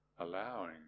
allowing